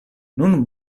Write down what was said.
nun